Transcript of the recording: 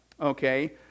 okay